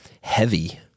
heavy